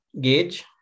gauge